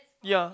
ya